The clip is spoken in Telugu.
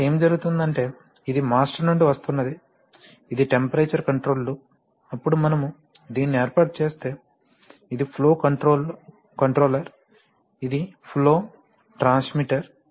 కాబట్టి ఏమి జరుగుతుందంటే ఇది మాస్టర్ నుండి వస్తున్నది ఇది టెంపరేచర్ కంట్రోల్ లూప్ అప్పుడు మనము దీనిని ఏర్పాటు చేస్తే ఇది ఫ్లో కంట్రోలర్ ఇది ఫ్లో ట్రాన్స్మిటర్